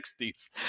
60s